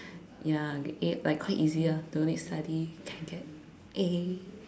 ya get A like quite easy ah don't need study can get A